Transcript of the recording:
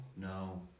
No